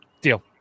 deal